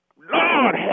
Lord